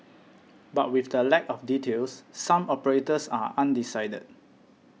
but with the lack of details some of operators are undecided